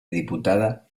diputada